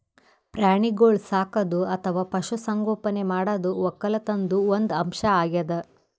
ಪ್ರಾಣಿಗೋಳ್ ಸಾಕದು ಅಥವಾ ಪಶು ಸಂಗೋಪನೆ ಮಾಡದು ವಕ್ಕಲತನ್ದು ಒಂದ್ ಅಂಶ್ ಅಗ್ಯಾದ್